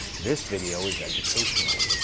this video is educational.